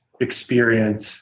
experience